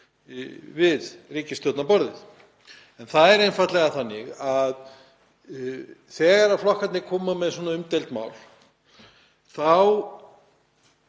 við ríkisstjórnarborðið. Það er einfaldlega þannig að þegar flokkarnir koma með svona umdeild mál þá